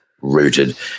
rooted